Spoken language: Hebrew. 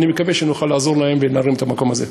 אני מקווה שנוכל לעזור להם ונרים את המקום הזה.